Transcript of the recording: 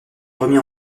remis